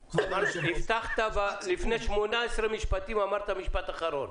הבטחת לפני 18 משפטים אמרת משפט אחרון.